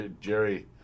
Jerry